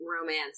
romance